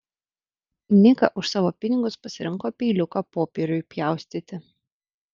nika už savo pinigus pasirinko peiliuką popieriui pjaustyti